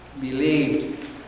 believed